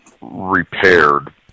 repaired